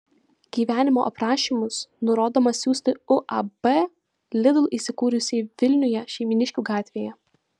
gyvenimo aprašymus nurodoma siųsti uab lidl įsikūrusiai vilniuje šeimyniškių gatvėje